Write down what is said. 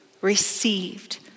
received